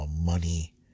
money